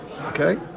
Okay